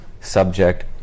subject